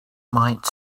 might